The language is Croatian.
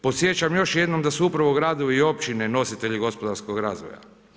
Podsjećam još jednom , da su upravo gradovi i općine nositelji gospodarskog razvoja.